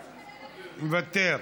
מוותר,